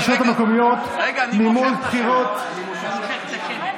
הרשויות המקומיות (מימון בחירות) (תיקון,